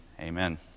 Amen